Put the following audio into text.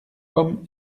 homme